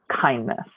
kindness